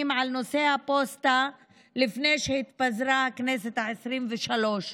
על נושא הפוסטה לפני שהתפזרה הכנסת העשרים-ושלוש.